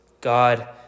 God